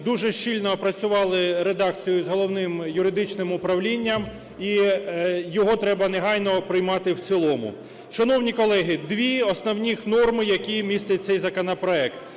дуже щільно опрацювали редакцію з Головним юридичним управлінням, і його треба негайно приймати в цілому. Шановні колеги, дві основних норми, які містять цей законопроект.